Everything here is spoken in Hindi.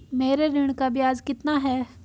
मेरे ऋण का ब्याज कितना है?